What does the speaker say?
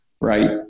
right